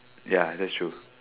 ya that's true